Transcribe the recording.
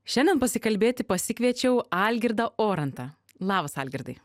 šiandien pasikalbėti pasikviečiau algirdą orantą labas algirdai